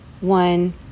one